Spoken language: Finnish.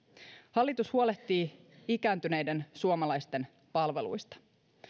hallitus huolehtii ikääntyneiden suomalaisten palveluista